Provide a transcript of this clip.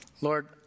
Lord